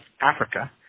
Africa